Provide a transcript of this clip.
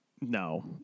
no